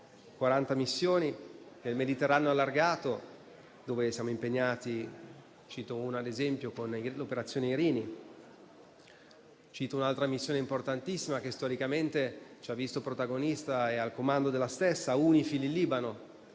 le missioni nel Mediterraneo allargato, dove siamo impegnati, ad esempio, con l'operazione Irini. Cito un'altra missione importantissima, che storicamente ci ha visto protagonisti al suo comando: UNIFIL, in Libano.